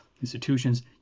institutions